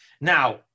Now